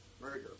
Murder